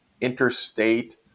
interstate